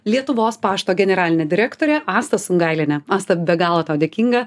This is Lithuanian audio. lietuvos pašto generalinė direktorė asta sungailienė asta be galo tau dėkinga